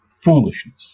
Foolishness